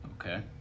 Okay